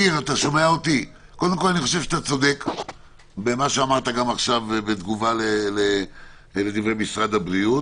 אתה צודק גם בתגובה לדברי משרד הבריאות.